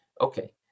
Okay